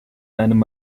einem